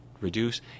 reduce